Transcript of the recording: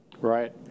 Right